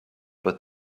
but